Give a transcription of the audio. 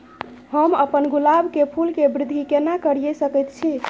हम अपन गुलाब के फूल के वृद्धि केना करिये सकेत छी?